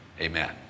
amen